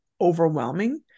overwhelming